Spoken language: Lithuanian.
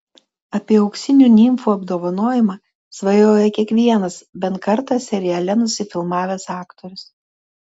apie auksinių nimfų apdovanojimą svajoja kiekvienas bent kartą seriale nusifilmavęs aktorius